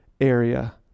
area